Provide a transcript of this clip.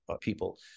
people